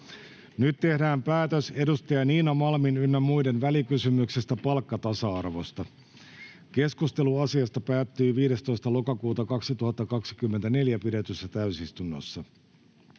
Nyt tehdään päätös edustaja Niina Malmin ynnä muiden välikysymyksestä palkkatasa-arvosta. Keskustelu asiasta päättyi 15.10.2024 pidetyssä täysistunnossa.